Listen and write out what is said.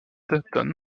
town